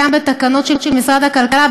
קיים בתקנות של משרד הכלכלה,